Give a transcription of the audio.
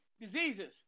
diseases